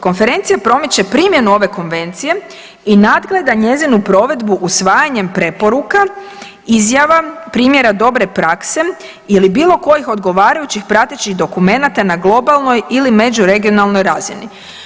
Konferencija promiče primjenu ove konvencije i nadgleda njezinu provedbu usvajanjem preporuka, izjava, primjera dobre prakse ili bilo kojih odgovarajućih pratećih dokumenata na globalnoj ili međuregionalnoj razini.